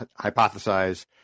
hypothesize